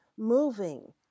moving